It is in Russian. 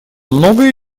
многое